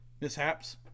mishaps